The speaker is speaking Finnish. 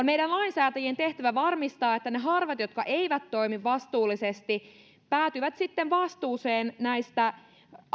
meidän lainsäätäjien tehtävä varmistaa että ne harvat jotka eivät toimi vastuullisesti päätyvät sitten vastuuseen näistä